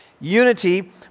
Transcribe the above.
Unity